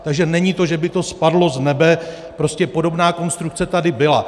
Takže není to tak, že by to spadlo z nebe, prostě podobná konstrukce tady byla.